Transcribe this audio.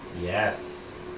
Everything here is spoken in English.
Yes